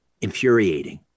infuriating